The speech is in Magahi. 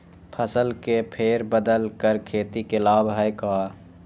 फसल के फेर बदल कर खेती के लाभ है का?